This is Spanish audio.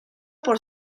por